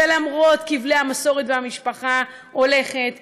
שלמרות כבלי המסורת והמשפחה הולכת ועובדת,